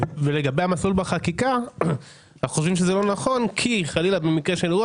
לגבי המסלול בחקיקה אנו חושבים שזה לא נכון כי חלילה במקרה של אירוע